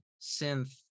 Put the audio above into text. synth